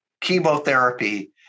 chemotherapy